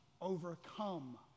overcome